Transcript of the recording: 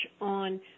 on